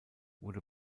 wurde